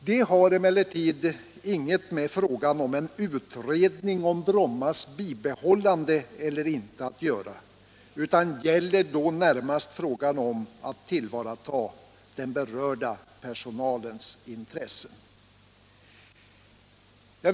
Detta har dock ingenting med frågan om en utredning av Brommas bibehållande eller inte att göra utan gäller närmast ett tillvaratagande av den berörda personalens intressen.